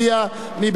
מי נגד?